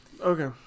Okay